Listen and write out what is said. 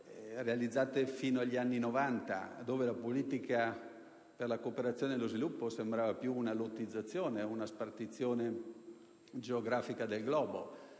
realizzate fino agli anni '90, dove la politica per la cooperazione e lo sviluppo sembrava più una lottizzazione, una spartizione geografica del globo: